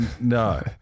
no